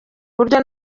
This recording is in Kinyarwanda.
buryo